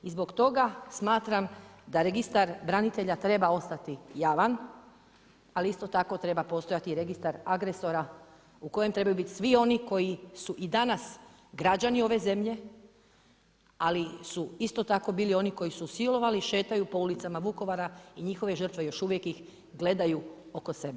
I zbog toga smatram da registar branitelja treba ostati javan, ali isto tako treba postojati registar agresora, u kojem trebaju biti svi oni koji su i danas građani ove zemlje, ali su isto tako bili koji su silovali i šetaju po ulicama Vukovara i njihove žrtve, još uvijek ih gledaju oko sebe.